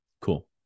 Cool